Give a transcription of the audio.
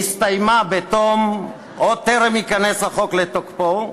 שלו נסתיימה עוד טרם ייכנס החוק לתוקפו,